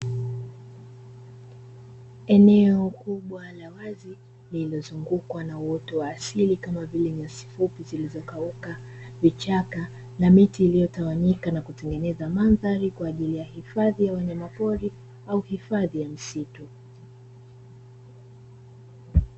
Eneo kubwa la wazi lililozungukwa na uoto wa asili kama vile, nyasi fupi zilizokauka, vichaka na miti iliyotawanyika na kutengeneza mandhari kwa ajili ya hifadhi ya wanyama pori, au hifadhi ya msitu.